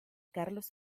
carlos